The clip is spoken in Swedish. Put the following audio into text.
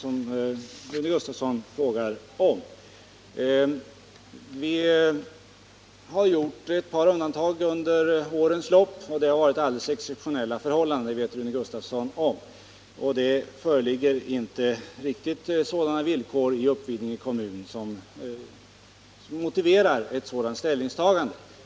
Vi har under årens lopp gjort ett par undantag, men då har det gällt alldeles exceptionella förhållanden. Det vet Rune Gustavsson om. Några sådana villkor som motiverar detta föreligger inte i Uppvidinge kommun.